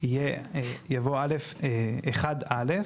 יבוא "(1)(א)